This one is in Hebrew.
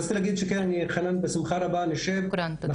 רציתי להגיד לחנאן שאנחנו כן בשמחה רבה נשב יחד,